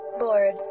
Lord